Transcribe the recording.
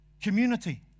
community